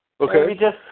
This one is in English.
Okay